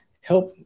help